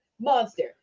monster